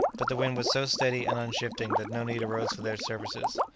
but the wind was so steady and unshifting that no need arose for their services.